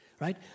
right